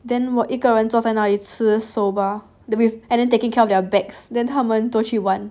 then 一个人坐在那一次 soba then with and then taking care of their bags then 他们都去玩